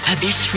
Abyss